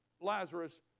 Lazarus